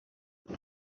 per